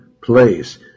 place